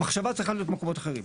המחשבה צריכה להיות במקומות אחרים.